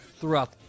throughout